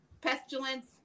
pestilence